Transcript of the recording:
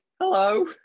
hello